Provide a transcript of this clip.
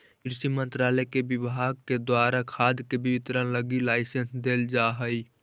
कृषि मंत्रालय के विभाग द्वारा खाद के वितरण लगी लाइसेंस देल जा हइ